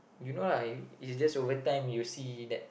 you know lah it's just over time you'll see that